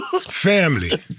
Family